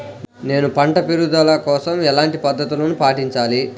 నేను పంట పెరుగుదల కోసం ఎలాంటి పద్దతులను పాటించాలి?